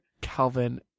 Calvin